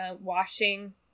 washing